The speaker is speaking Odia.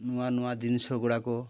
ନୂଆ ନୂଆ ଜିନିଷ ଗୁଡ଼ାକ